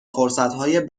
فرصتهای